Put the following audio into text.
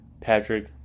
Patrick